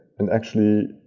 and actually,